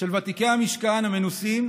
של ותיקי המשכן המנוסים.